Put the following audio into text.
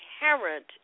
inherent